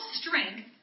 strength